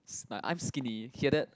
s~ I'm skinny hear it